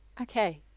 okay